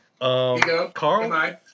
Carl